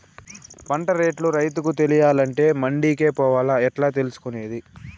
పంట రేట్లు రైతుకు తెలియాలంటే మండి కే పోవాలా? ఎట్లా తెలుసుకొనేది?